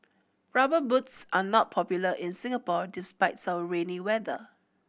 Rubber Boots are not popular in Singapore despite's our rainy weather